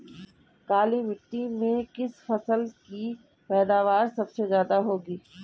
काली मिट्टी में किस फसल की पैदावार सबसे ज्यादा होगी?